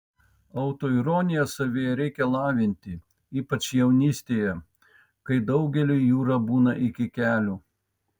autoironiją savyje reikia lavinti ypač jaunystėje kai daugeliui jūra būna iki kelių